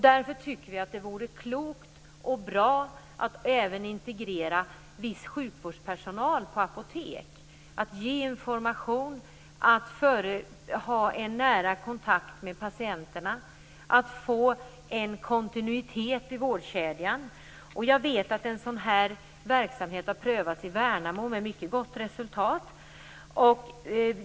Därför vore det klokt och bra att även integrera viss sjukvårdspersonal på apotek för att ge information, ha en nära kontakt med patienterna och få en kontinuitet i vårdkedjan. Jag vet att en sådan verksamhet har prövats i Värnamo, med mycket gott resultat.